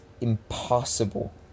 impossible